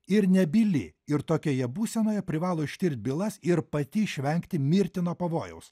ir nebyli ir tokioje būsenoje privalo ištirti bylas ir pati išvengti mirtino pavojaus